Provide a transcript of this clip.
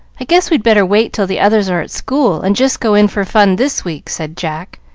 i guess we'd better wait till the others are at school, and just go in for fun this week, said jack,